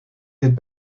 dit